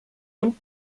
und